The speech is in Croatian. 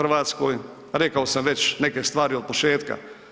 Rekao sam već neke stvari od početka.